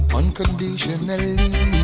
unconditionally